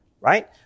right